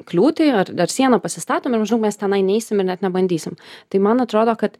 kliūtį ar ar sieną pasistatom ir jau žinok mes tenai neisim ir net nebandysim tai man atrodo kad